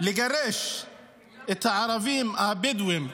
לגרש את הערבים הבדואים,